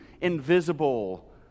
invisible